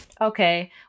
Okay